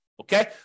Okay